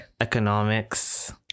Economics